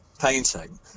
painting